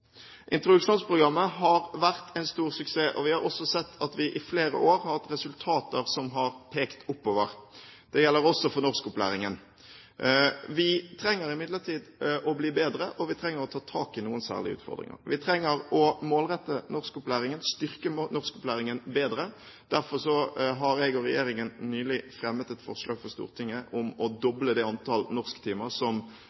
Introduksjonsprogrammet har vært en stor suksess, og vi har også sett at vi i flere år har hatt resultater som har pekt oppover. Det gjelder også for norskopplæringen. Vi trenger imidlertid å bli bedre, og vi trenger å ta tak i noen særlige utfordringer. Vi trenger å målrette norskopplæringen, styrke norskopplæringen bedre. Derfor har jeg og regjeringen nylig fremmet et forslag for Stortinget om å